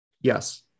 Yes